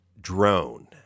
Drone